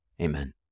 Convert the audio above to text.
amen